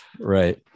Right